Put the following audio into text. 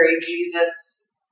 Jesus